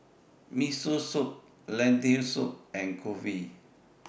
Miso Soup Lentil Soup and Kulfi